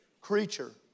creature